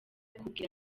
kugira